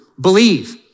believe